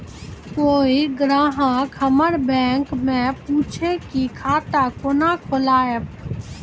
कोय ग्राहक हमर बैक मैं पुछे की खाता कोना खोलायब?